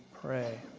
pray